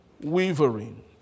wavering